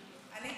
לי.